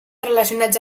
relacionats